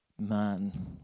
man